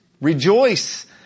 Rejoice